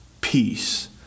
peace